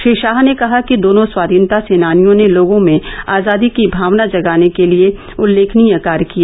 श्री शाह ने कहा कि दोनों स्वाधीनता सेनानियों ने लोगों में आजादी की भावना जगाने के लिए उल्लेखनीय कार्य किए